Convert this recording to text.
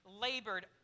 labored